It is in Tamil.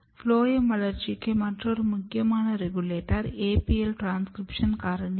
ஃபுளோயம் வளர்ச்சிக்கு மற்றொரு முக்கியமான ரெகுலேட்டர் APL ட்ரான்ஸ்க்ரிப்ஷன் காரணி